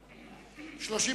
נגד?